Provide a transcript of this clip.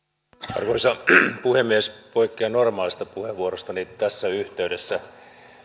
arvoisa puhemies poikkean normaalista puheenvuorostani tässä yhteydessä